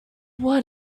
what